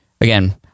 again